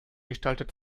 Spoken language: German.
gestaltet